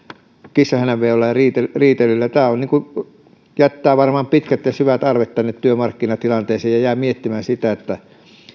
kissanhännänvedolla ja riitelyllä riitelyllä tämä jättää varmaan pitkät ja syvät arvet työmarkkinatilanteeseen ja jään miettimään sitä että